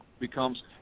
becomes